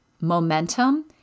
momentum